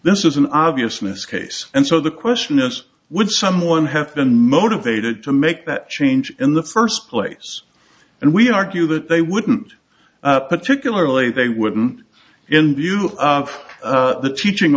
this is an obvious mis case and so the question is would someone have been motivated to make that change in the first place and we argue that they wouldn't particularly they wouldn't in view of the teaching